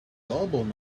garbled